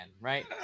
right